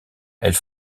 elle